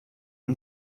金融